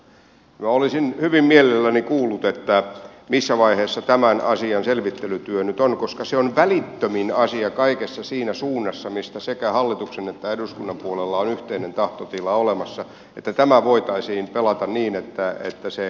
minä olisin hyvin mielelläni kuullut missä vaiheessa tämän asian selvittelytyö nyt on koska se on välittömin asia kaikessa siinä suunnassa mistä sekä hallituksen että eduskunnan puolella on yhteinen tahtotila olemassa että tämä voitaisiin pelata niin että se koituisi suomen eduksi